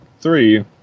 three